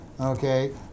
okay